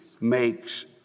makes